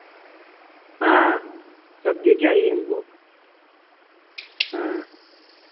हाँ सब्ज़ी चाहिए हमको हाँ